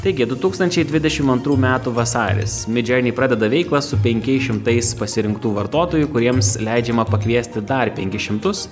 taigi du tūkstančiai dvidešimt antrų metų vasaris midjourney pradeda veiklą su penkiais šimtais pasirinktų vartotojų kuriems leidžiama pakviesti dar penkis šimtus